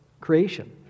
creation